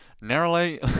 narrowly